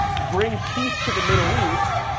bring peace to the middle east,